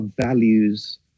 values